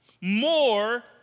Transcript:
More